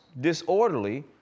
disorderly